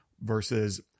versus